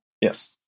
Yes